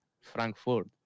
Frankfurt